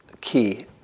key